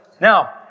Now